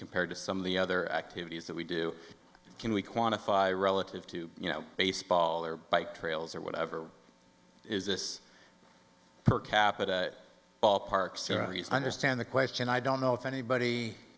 compared to some of the other activities that we do can we quantify relative to you know baseball or bike trails or whatever or is this per capita ballpark series i understand the question i don't know if anybody